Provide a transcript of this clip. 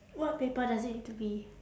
what paper does it need to be